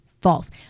False